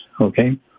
okay